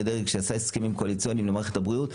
דרעי כשעשה הסכמים קואליציוניים למערכת הבריאות,